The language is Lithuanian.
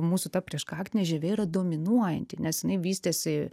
mūsų ta prieškaktinė žievė yra dominuojanti nes jinai vystėsi